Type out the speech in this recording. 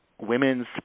women's